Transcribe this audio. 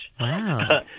wow